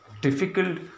difficult